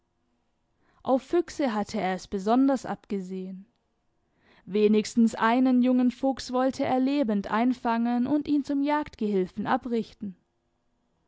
auf füchse hatte er es besonders abgesehen wenigstens einen jungen fuchs wollte er lebend einfangen und ihn zum jagdgehilfen abrichten